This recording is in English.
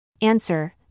Answer